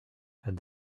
and